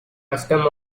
custom